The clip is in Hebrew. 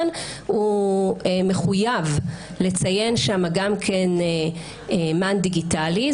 הוא מחויב לציין שם גם כן מען דיגיטלי,